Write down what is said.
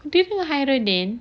do you mean khairuddin